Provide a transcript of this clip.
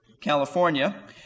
California